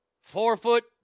four-foot